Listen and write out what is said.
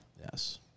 Yes